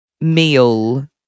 meal